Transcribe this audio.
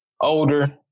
older